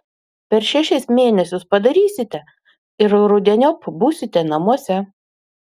per šešis mėnesius padarysite ir rudeniop būsite namuose